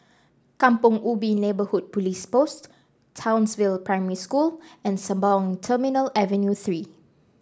Kampong Ubi Neighbourhood Police Post Townsville Primary School and Sembawang Terminal Avenue Three